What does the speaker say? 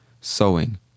sewing